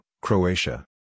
Croatia